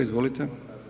Izvolite.